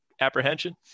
apprehension